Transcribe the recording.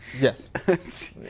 Yes